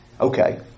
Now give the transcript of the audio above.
Okay